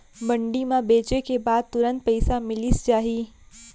मंडी म बेचे के बाद तुरंत पइसा मिलिस जाही?